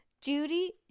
judy